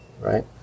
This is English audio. right